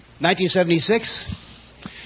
1976